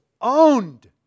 owned